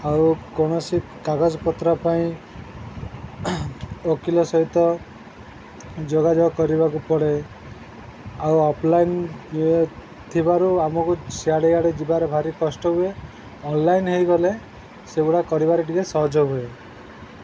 ଆଉ କୌଣସି କାଗଜପତ୍ର ପାଇଁ ଓକିଲ ସହିତ ଯୋଗାଯୋଗ କରିବାକୁ ପଡ଼େ ଆଉ ଅଫ୍ଲାଇନ୍ ଇଏ ଥିବାରୁ ଆମକୁ ସିଆଡ଼େ ଇଆଡ଼େ ଯିବାରେ ଭାରି କଷ୍ଟ ହୁଏ ଅନ୍ଲାଇନ୍ ହୋଇଗଲେ ସେଗୁଡ଼ା କରିବାରେ ଟିକେ ସହଜ ହୁଏ